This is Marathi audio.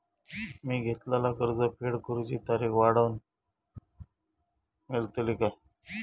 मी घेतलाला कर्ज फेड करूची तारिक वाढवन मेलतली काय?